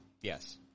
yes